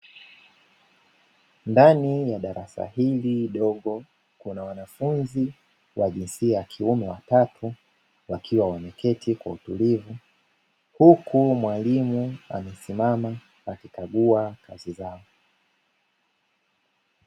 Ndani ya darasa hili dogo kuna wanafunzi wa jinsia ya kiume watatu, wakiwa wameketi kwa utulivu, huku mwalimu amesimama akikagua kazi zao.